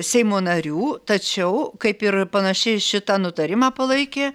seimo narių tačiau kaip ir panašiai šitą nutarimą palaikė